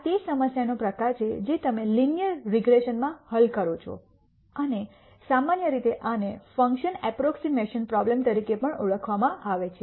આ તે સમસ્યાનો પ્રકાર છે જે તમે લિનિયર રીગ્રેસનમાં હલ કરો છો અને સામાન્ય રીતે આને ફંક્શન અપ્પ્રોક્ઝીમૈશન પ્રોબ્લેમ તરીકે પણ ઓળખવામાં આવે છે